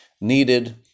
needed